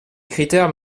critères